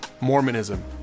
Mormonism